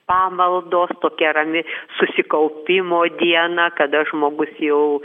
pamaldos tokia rami susikaupimo diena kada žmogus jau